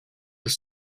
his